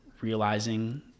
realizing